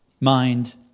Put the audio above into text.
mind